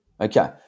okay